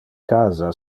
casa